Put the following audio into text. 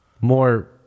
more